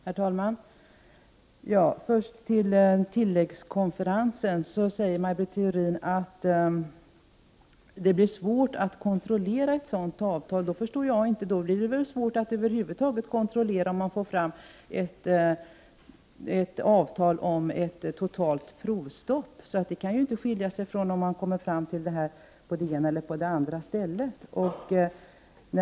Herr talman! Först något om tilläggskonferensen. Maj Britt Theorin säger att det blir svårt att kontrollera ett sådant avtal. Men jag förstår inte det. Då blir det väl svårt över huvud taget med kontrollen när det gäller att få fram ett avtal om totalt provstopp. Det kan ju inte innebära någon skillnad om man kommer fram till något på det ena eller det andra stället.